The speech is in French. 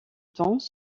temps